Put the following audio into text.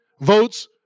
votes